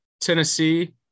tennessee